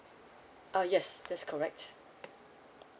uh yes that's correct